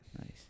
nice